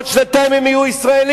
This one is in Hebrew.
בעוד שנתיים הם יהיו ישראלים.